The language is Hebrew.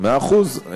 מאה אחוז.